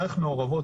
צריך מעורבות